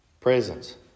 Presence